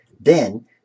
Then